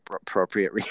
appropriate